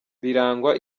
birangwa